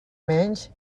menys